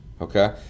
okay